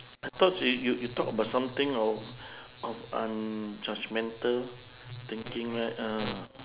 I thought you you you talk about something of of um judgemental thinking right ah